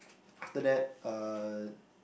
after that uh